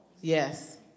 Yes